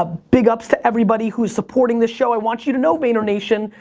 ah big ups to everybody who is supporting the show. i want you to know vaynernation,